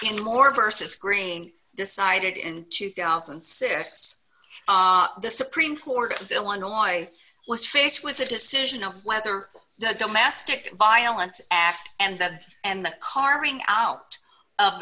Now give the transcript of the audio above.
in more versus green decided in two thousand and six the supreme court of illinois was faced with a decision of whether the domestic violence act and the and the harming out of